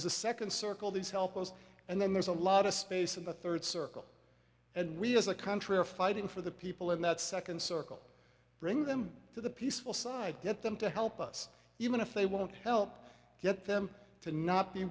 there's a second circle these help us and then there's a lot of space of a third circle and we as a country are fighting for the people in that second circle bring them to the peaceful side get them to help us even if they won't help get them to not be